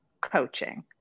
coaching